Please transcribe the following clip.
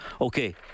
Okay